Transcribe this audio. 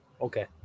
okay